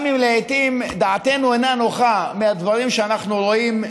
גם אם לעיתים דעתנו אינה נוחה מהדברים שאנחנו רואים,